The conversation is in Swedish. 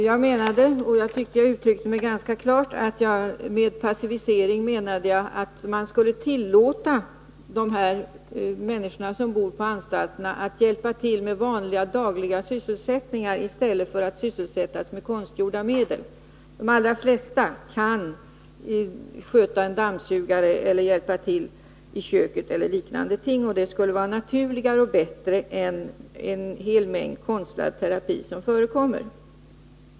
Herr talman! När jag talade om passivisering menade jag — och jag tycker att jag uttryckte mig ganska klart — att man skulle tillåta de här människorna som bor på anstalter att hjälpa till med vanliga dagliga sysslor i stället för att sysselsätta dem med konstgjorda medel. De allra flesta av dem kan sköta en dammsugare, hjälpa till i köket eller göra liknande saker. Det skulle vara naturligare och bättre än en hel mängd konstlad terapi som nu förekommer.